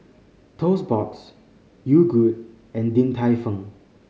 Toast Box Yogood and Din Tai Fung